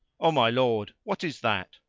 o my lord, what is that?